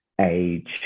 age